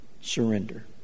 surrender